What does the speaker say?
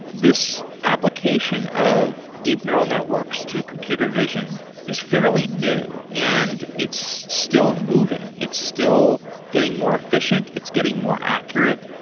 this application of deep neural networks to computer vision is fairly new and it's still moving. it's still getting more efficient, it's getting more accurate.